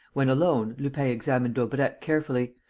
when alone, lupin examined daubrecq carefully,